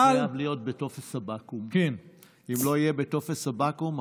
והוא יהיה חייב להיות בטופס הבקו"ם.